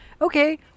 Okay